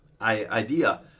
idea